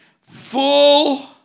full